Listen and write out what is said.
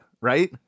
right